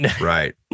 Right